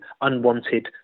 unwanted